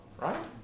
right